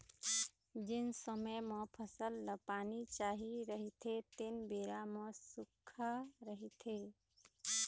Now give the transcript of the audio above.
जेन समे म फसल ल पानी चाही रहिथे तेन बेरा म सुक्खा रहिथे